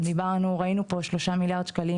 דיברנו וראינו פה כ-3 מיליארד שקלים